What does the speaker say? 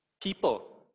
people